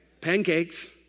Pancakes